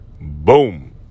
boom